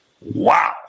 Wow